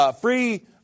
free